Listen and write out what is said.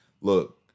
Look